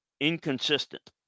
Inconsistent